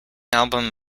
album